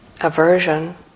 aversion